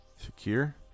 Secure